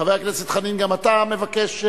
חבר הכנסת חנין, גם אתה מבקש?